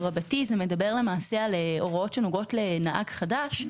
מדובר בהוראות שנוגעות לנהג חדש.